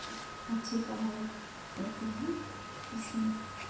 अच्छी पढ़ाई होती है इसमें